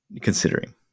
considering